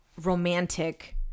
Romantic